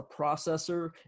processor